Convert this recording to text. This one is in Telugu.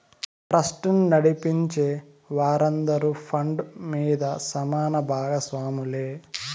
ట్రస్టును నడిపించే వారందరూ ఫండ్ మీద సమాన బాగస్వాములే